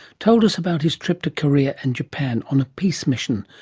told us about his trip to korea and japan on a peace mission,